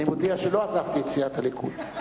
אבל אני מודיע שלא עזבתי את סיעת הליכוד.